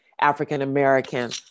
African-American